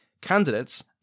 candidates